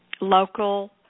local